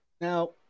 Now